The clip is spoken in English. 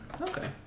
Okay